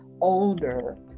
older